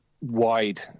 wide